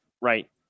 right